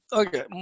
okay